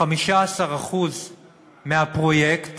15% מהפרויקט